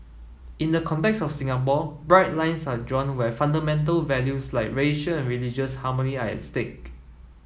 in the context of Singapore bright lines are drawn where fundamental values like racial and religious harmony are at stake